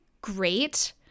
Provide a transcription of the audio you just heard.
great